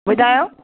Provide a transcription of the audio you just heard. ॿुधायो